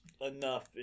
enough